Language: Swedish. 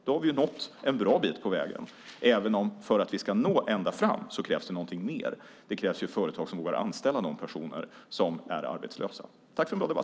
Då har vi nått en bra bit på vägen, även om det för att vi ska nå ända fram krävs någonting mer. Det krävs företag som vågar anställa de personer som är arbetslösa. Tack för en bra debatt!